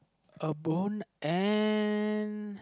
a bone and